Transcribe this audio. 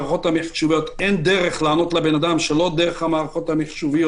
אין דרך לענות לאדם שלא דרך מערכות המחשב.